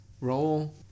Roll